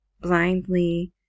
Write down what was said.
blindly